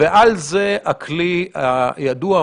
ועל זה הכלי הידוע,